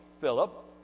Philip